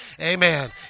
Amen